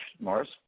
Morris